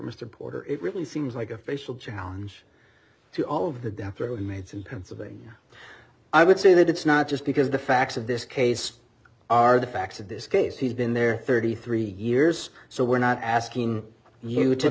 mr porter it really seems like a facial challenge to all of the death row inmates in pennsylvania i would say that it's not just because the facts of this case are the facts of this case he's been there thirty three years so we're not asking you to